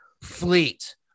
fleet